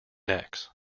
necks